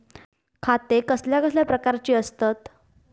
खाते कसल्या कसल्या प्रकारची असतत?